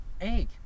Egg